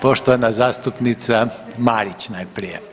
Poštovana zastupnica Marić najprije.